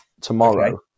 tomorrow